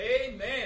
Amen